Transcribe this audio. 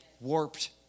warped